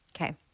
okay